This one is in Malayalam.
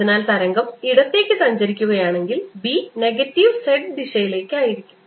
അതിനാൽ തരംഗം ഇടത്തേക്ക് സഞ്ചരിക്കുകയാണെങ്കിൽ B നെഗറ്റീവ് z ദിശയിലേക്ക് ആയിരിക്കും